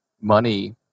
money